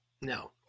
No